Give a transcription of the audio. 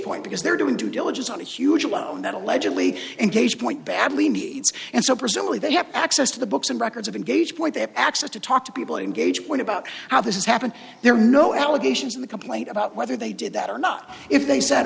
point because they're doing due diligence on a huge loan that allegedly engaged point badly needs and so presumably they have access to the books and records of engage point they have access to talk to people in gay point about how this has happened there are no allegations in the complaint about whether they did that or not if they said